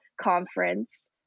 conference